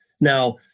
Now